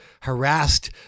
harassed